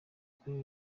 kuri